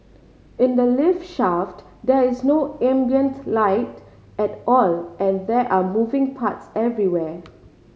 in the lift shaft there is no ambient light at all and there are moving parts everywhere